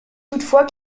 toutefois